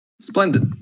Splendid